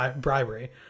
bribery